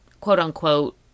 quote-unquote